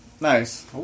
nice